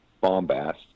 bombast